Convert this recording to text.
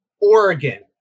Oregon